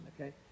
okay